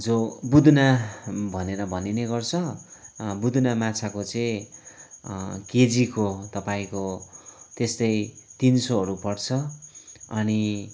जो बुदुना भनेर भनिने गर्छ बुदुना माछाको चाहिँ केजीको तपाईँको त्यस्तै तिन सयहरू पर्छ अनि